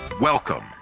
Welcome